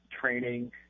training